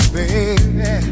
baby